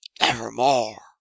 Evermore